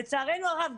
לצערנו הרב,